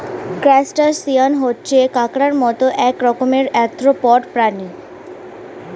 crustacean হচ্ছে কাঁকড়ার মত এক রকমের আর্থ্রোপড প্রাণী